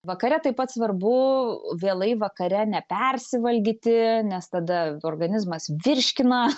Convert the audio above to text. vakare taip pat svarbu vėlai vakare nepersivalgyti nes tada organizmas virškina